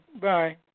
bye